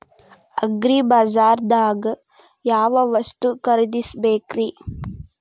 ಅಗ್ರಿಬಜಾರ್ದಾಗ್ ಯಾವ ವಸ್ತು ಖರೇದಿಸಬೇಕ್ರಿ?